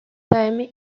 time